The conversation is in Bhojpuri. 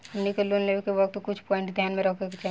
हमनी के लोन लेवे के वक्त कुछ प्वाइंट ध्यान में रखे के चाही